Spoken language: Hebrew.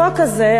החוק הזה,